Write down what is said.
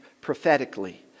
prophetically